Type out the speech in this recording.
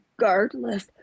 regardless